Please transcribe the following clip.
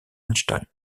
einstein